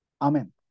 Amen